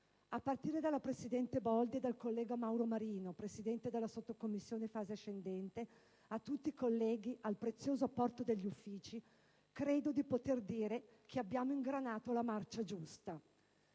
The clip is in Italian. A partire dalla presidente Boldi e dal collega Mauro Maria Marino (presidente della Sottocommissione fase ascendente), a tutti i colleghi e al prezioso apporto degli uffici, credo di poter dire che abbiamo ingranato la marcia giusta.